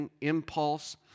impulse